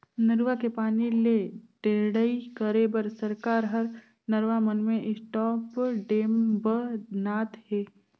नरूवा के पानी ले टेड़ई करे बर सरकार हर नरवा मन में स्टॉप डेम ब नात हे